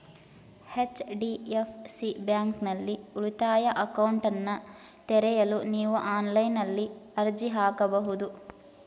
HDFC ಬ್ಯಾಂಕ್ನಲ್ಲಿ ಉಳಿತಾಯ ಅಕೌಂಟ್ನನ್ನ ತೆರೆಯಲು ನೀವು ಆನ್ಲೈನ್ನಲ್ಲಿ ಅರ್ಜಿ ಹಾಕಬಹುದು